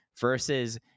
versus